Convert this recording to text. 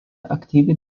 aktyviai